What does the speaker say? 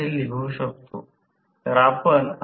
ते म्हणजे आकृती 13 कडे परत जा